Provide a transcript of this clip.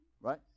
right